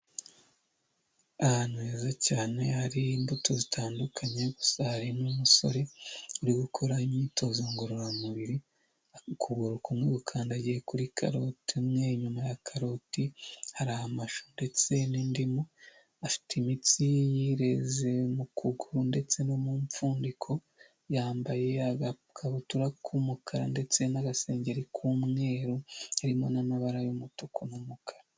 Ahantu heza cyane hari imbuto zitandukanye gusa hari n'umusore uri gukora imyitozo ngororamubiri ukuguru kumwe gukandagiye kuri karote, inyuma ya karoti hari amashu ndetse n'indimu afite imitsi yireze mu kuguru ndetse no mu mpfundiko, yambaye agakabutura k'umukara ndetse n'agasengeri k'umweru harimo n'amabara y'umutuku n'umukara.